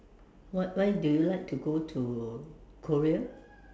what why do you like to go to Korea